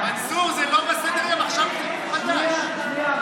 שנייה, שנייה.